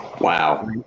Wow